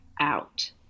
Out